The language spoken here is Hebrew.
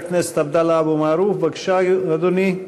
חבר הכנסת עבדאללה אבו מערוף, בבקשה, אדוני.